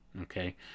okay